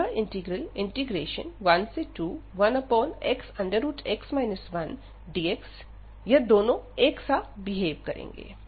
अतः integral 121xx 1dx यह दोनों एकसा बिहेव करेंगे